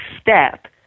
step